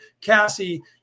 Cassie